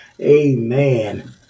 Amen